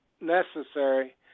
necessary